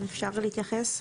אם אפשר להתייחס.